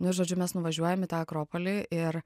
nu ir žodžiu mes nuvažiuojam į tą akropolį ir